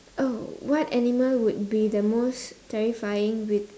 oh what animal would be the most terrifying with